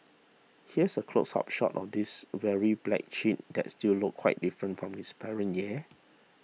here's a close up shot of this weary black chick that still looked quite different from its parent yeah